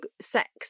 sex